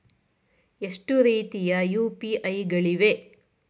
ಎಷ್ಟು ರೀತಿಯ ಯು.ಪಿ.ಐ ಗಳಿವೆ?